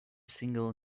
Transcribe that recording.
single